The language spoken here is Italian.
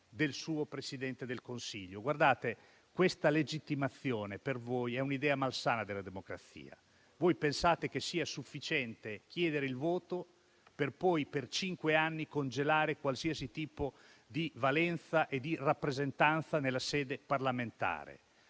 del suo Presidente del Consiglio. Questa legittimazione per voi è un'idea malsana della democrazia. Voi pensate che sia sufficiente chiedere il voto per poi, per cinque anni, congelare qualsiasi tipo di valenza e di rappresentanza nella sede parlamentare.